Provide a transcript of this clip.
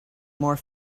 more